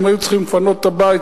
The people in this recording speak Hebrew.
אם היו צריכים לפנות את הבית,